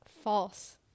False